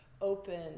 open